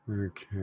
Okay